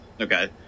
Okay